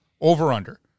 Over-under